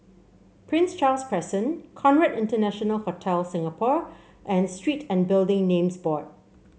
Prince Charles Crescent Conrad International Hotel Singapore and Street and Building Names Board